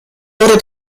wurde